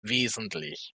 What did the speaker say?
wesentlich